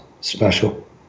special